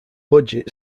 budget